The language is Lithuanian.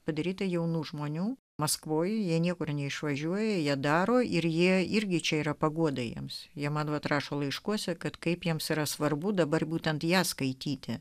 padaryti jaunų žmonių maskvoje jie niekur neišvažiuoja jie daro ir jie irgi čia yra paguoda jiems jie man atrašo laiškuose kad kaip jiems yra svarbu dabar būtent ją skaityti